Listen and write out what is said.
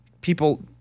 people